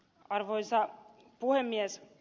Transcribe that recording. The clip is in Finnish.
arvoisa puhemies